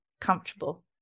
comfortable